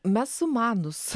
mes sumanūs